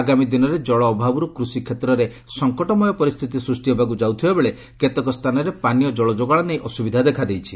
ଆଗାମୀ ଦିନରେ ଜଳ ଅଭାବରୁ କୃଷି କେତ୍ରରେ ସଙ୍କଟମୟ ପରିସ୍ଥିତି ସୃଷ୍ଟି ହେବାକୁ ଯାଉଥିବାବେଳେ କେତେକ ସ୍ଚାନରେ ପାନୀୟ ଜଳଯୋଗାଣ ନେଇ ଅସୁବିଧା ଦେଖାଦେଇଛି